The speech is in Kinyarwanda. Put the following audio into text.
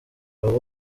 raúl